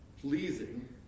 pleasing